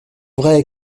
vrai